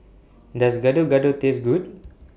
Does Gado Gado Taste Good